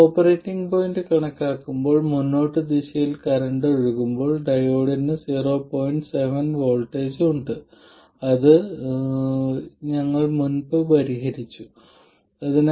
operating പോയിന്റിൽ ഈ ഗ്രാഫിലുള്ള കർവ് I1 വേഴ്സസ് V1 ന്റെ സ്ലോപ്പ് ഞങ്ങൾക്ക് ആവശ്യമാണ്